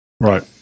Right